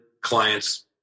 clients